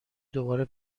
دوباره